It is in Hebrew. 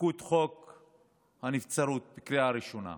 חוקקו את חוק הנבצרות בקריאה ראשונה.